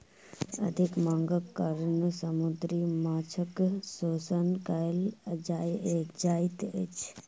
अधिक मांगक कारणेँ समुद्री माँछक शोषण कयल जाइत अछि